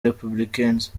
republicains